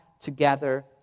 together